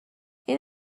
این